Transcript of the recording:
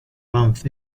month